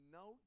no